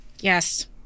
Yes